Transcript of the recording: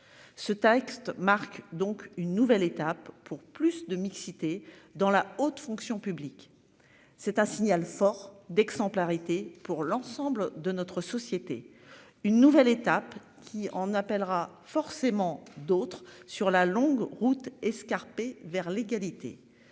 Ce texte marque donc une nouvelle étape pour plus de mixité dans la haute fonction publique. C'est un signal fort d'exemplarité pour l'ensemble de notre société. Une nouvelle étape qui en appellera forcément d'autres sur la longue route escarpée vers l'égalité.